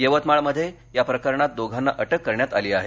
यवतमाळमध्ये या प्रकरणात दोघांना अटक करण्यात आली आहे